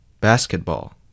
Basketball